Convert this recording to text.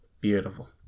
beautiful